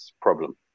problem